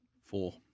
four